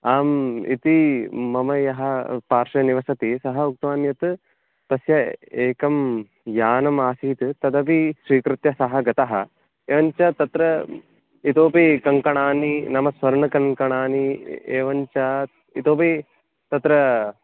आम् इति मम यः पार्श्वे निवसति सः उक्तवान् यत् तस्य एकं यानमासीत् तदपि स्वीकृत्य सः गतः एवं च तत्र इतोपि कङ्कणानि नाम स्वर्णकङ्कणानि एवं च इतोपि तत्र